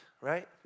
right